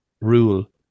rule